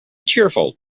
cheerful